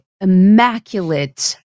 immaculate